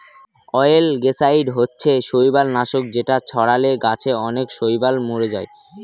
অয়েলগেসাইড হচ্ছে শৈবাল নাশক যেটা ছড়ালে গাছে অনেক শৈবাল মোরে যায়